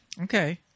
okay